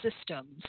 systems